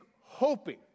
hoping